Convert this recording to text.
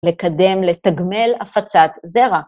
‫לקדם לתגמל הפצת זרע.